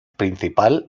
principal